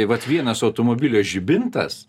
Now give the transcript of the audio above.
taip vat vienas automobilio žibintas